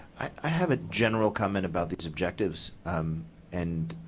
i have a general comment about the objectives and